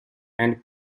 and